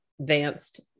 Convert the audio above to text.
advanced